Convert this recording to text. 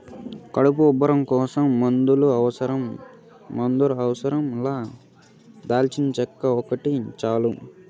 కడుపు ఉబ్బరం కోసం మందుల అవసరం లా దాల్చినచెక్క ఒకటి చాలు